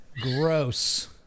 Gross